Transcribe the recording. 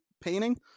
painting